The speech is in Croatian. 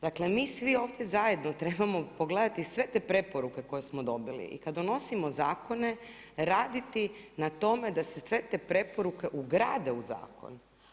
Dakle, mi svi ovdje zajedno trebamo pogledati sve te preporuke koje smo dobili i kad donosimo zakone, raditi na tome, da se sve te preporuke ugrade u zakon.